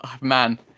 man